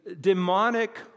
demonic